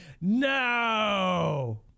no